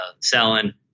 selling